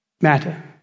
matter